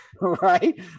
right